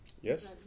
Yes